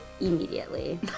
Immediately